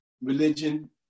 religion